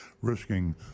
risking